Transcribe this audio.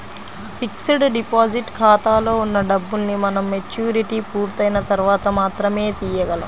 fixed deposit ఖాతాలో ఉన్న డబ్బుల్ని మనం మెచ్యూరిటీ పూర్తయిన తర్వాత మాత్రమే తీయగలం